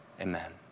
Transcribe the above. Amen